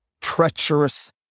treacherous